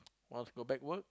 wants to go back work